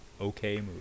okay